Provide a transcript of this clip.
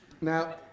Now